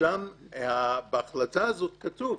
שם בהחלטה הזאת כתוב,